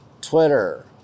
Twitter